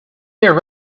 year